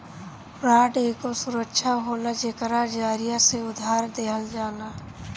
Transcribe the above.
bond एगो सुरक्षा होला जेकरा जरिया से उधार देहल जाला